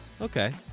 Okay